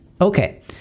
Okay